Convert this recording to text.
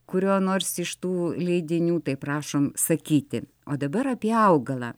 kurio nors iš tų leidinių tai prašom sakyti o dabar apie augalą